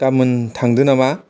गाबोन थांदो नामा